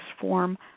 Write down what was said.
form